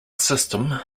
system